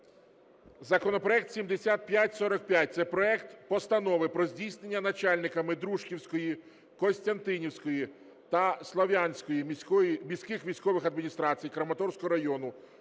законопроект 7545 – це проект Постанови про здійснення начальниками Дружківської, Костянтинівської та Слов'янської міських військових адміністрацій Краматорського району